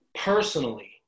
personally